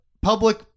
public